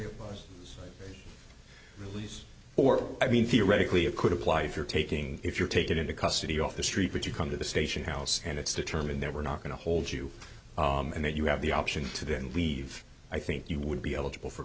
please or i mean theoretically it could apply if you're taking if you're taken into custody off the street but you come to the station house and it's determined they were not going to hold you and that you have the option to then leave i think you would be eligible for